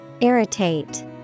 irritate